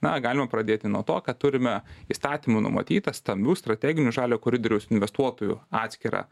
na galima pradėti nuo to kad turime įstatymu numatytą stambių strateginių žalio koridoriaus investuotojų atskirą